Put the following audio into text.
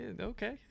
Okay